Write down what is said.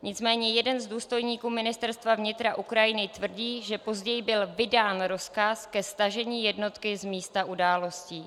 Nicméně jeden z důstojníků Ministerstva vnitra Ukrajiny tvrdí, že později byl vydán rozkaz ke stažení jednotky z místa událostí.